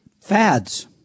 Fads